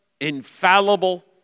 infallible